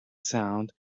sound